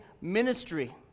ministry